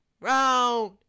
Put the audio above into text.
round